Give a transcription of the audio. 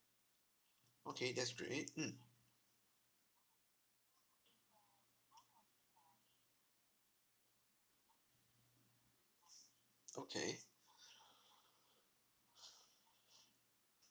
okay that's great mm